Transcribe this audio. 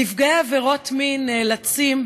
נפגעי עבירות מין נאלצים,